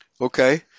Okay